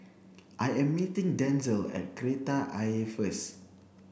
I am meeting Denzell at Kreta Ayer first